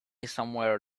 somewhere